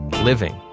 living